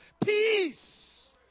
peace